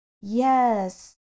Yes